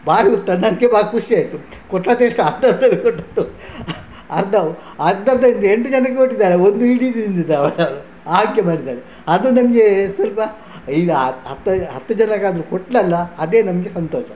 ಭಾರಿ ತಂದದ್ದಕ್ಕೆ ಭಾರಿ ಖುಷಿ ಆಯಿತು ಕೊಟ್ಟದ್ದೆಷ್ಟು ಅರ್ಧವು ಅರ್ಧದ ಎಂಟು ಜನಕ್ಕೆ ಕೊಟ್ಟಿದ್ದಾಳೆ ಒಂದು ಇಡೀ ತಿಂದಿದ್ದಾಳೆ ಹಾಗೆ ಮಾಡಿದ್ದಾಳೆ ಅದು ನನಗೆ ಸ್ವಲ್ಪ ಈಗ ಹತ್ತು ಜನಕ್ಕಾದರೂ ಕೊಟ್ಟಳಲ್ಲ ಅದೇ ನನಗೆ ಸಂತೋಷ